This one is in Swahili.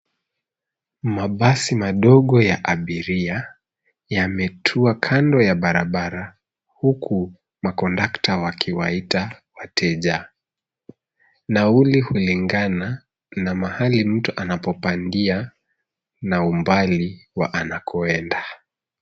Mabasi madogo ya abiria yametua kando ya barabara, huku makondakta wakiwaita wateja, nauli hulingana na mahali mtu anapopandia na umbali wa anakoenda.